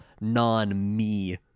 non-me